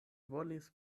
volis